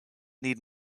need